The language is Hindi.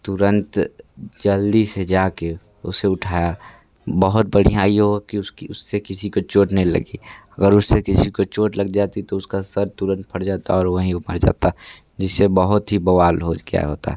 तुरंत जल्दी से जाके उसे उठाया बहुत बढ़िया की उसकी उससे किसी को चोट नहीं लगी अगर उससे किसी को चोट लग जाती तो उसका सिर तुरंत फट जाता और वही वो मर जाता जिससे बहुत ही बवाल हो गया होता